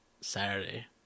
Saturday